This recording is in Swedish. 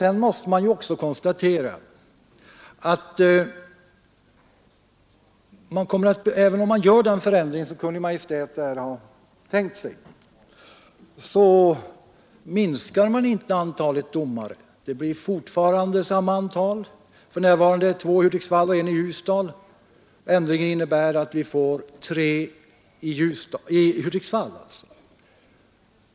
Jag måste också konstatera att även om man gör den förändring som Kungl. Maj:t har tänkt sig minskas inte antalet domare. För närvarande finns det två domare i Hudiksvall och en i Ljusdal. Ändringen innebär att vi får tre i Hudiksvall.